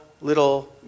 little